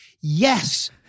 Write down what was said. Yes